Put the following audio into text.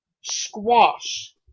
Squash